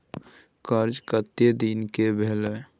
कर्जा कत्ते दिन के भेलै?